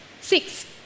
Six